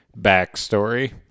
backstory